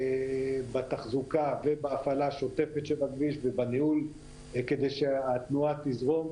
בתחזוקה ובהפעלה השוטפת של הכביש ובניהול כדי שהתנועה תזרום.